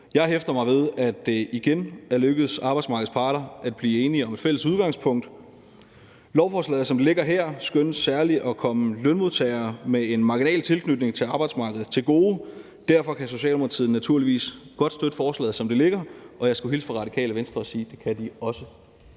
Jeg hæfter mig ved, at det igen er lykkedes arbejdsmarkedets parter at blive enige om et fælles udgangspunkt. Lovforslaget skønnes, som det ligger her, særlig at komme lønmodtagere med en marginal tilknytning til arbejdsmarkedet til gode. Derfor kan Socialdemokratiet naturligvis godt støtte forslaget, som det ligger. Og jeg skal hilse fra Radikale Venstre og sige, at det kan de også.